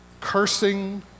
cursing